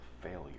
failure